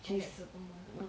I like sotong ball